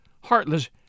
heartless